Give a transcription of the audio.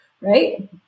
right